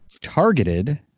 Targeted